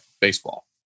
baseball